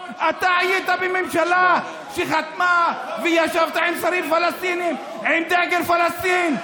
אתה היית בממשלה שחתמה וישבת עם שרים פלסטינים עם דגל פלסטין,